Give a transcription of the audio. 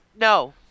No